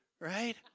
right